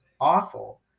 awful